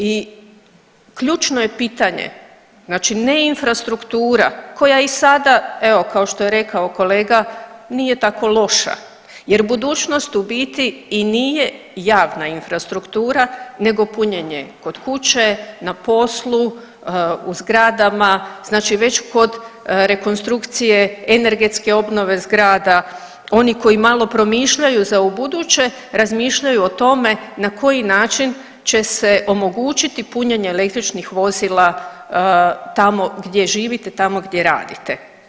I ključno je pitanje znači ne infrastruktura koja i sada evo kao što je rekao kolega nije tako loša jer budućnost u biti i nije javna infrastruktura nego punjenje kod kuće, na poslu, u zgradama, znači već kod rekonstrukcije, energetske obnove zgrada, oni koji malo promišljaju za ubuduće razmišljaju o tome na koji način će se omogućiti punjenje električnih vozila tamo gdje živite i tamo gdje radite.